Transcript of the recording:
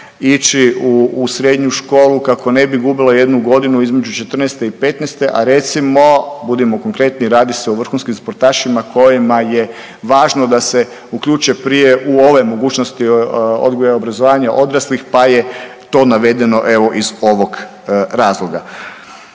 ići u srednju školu, kako ne bi gubila jednu godinu između 14 i 15-te recimo, budimo konkretni radi se o vrhunskim sportašima kojima je važno da se uključe prije u ove mogućnosti odgoja i obrazovanja odraslih, pa je to navedeno evo iz ovog razloga.